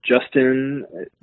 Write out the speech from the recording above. Justin